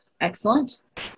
excellent